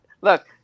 look